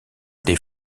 des